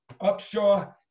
Upshaw